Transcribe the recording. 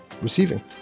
receiving